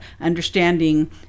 understanding